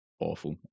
awful